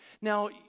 Now